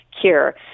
cure